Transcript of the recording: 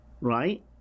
right